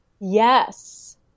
Yes